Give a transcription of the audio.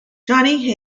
johnny